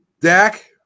Dak